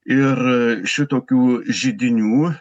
ir šitokių židinių